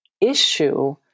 issue